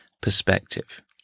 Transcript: perspective